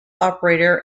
operator